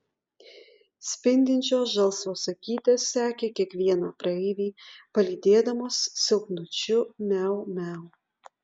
spindinčios žalsvos akytės sekė kiekvieną praeivį palydėdamos silpnučiu miau miau